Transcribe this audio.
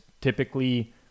typically